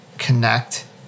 connect